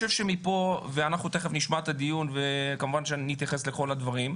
תכף נשמע את הדיון ונתייחס לכל הדברים.